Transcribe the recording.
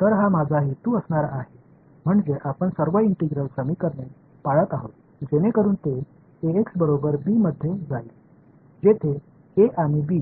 तर हा माझा हेतू असणार आहे म्हणजे आपण सर्व इंटिग्रल समीकरणे पाळत आहोत जेणेकरून ते Ax बरोबर b मध्ये जाईल जेथे A आणि b